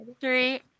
three